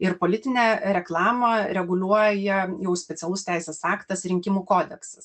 ir politinę reklamą reguliuoja jau specialus teisės aktas rinkimų kodeksas